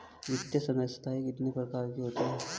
वित्तीय संस्थाएं कितने प्रकार की होती हैं?